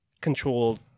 controlled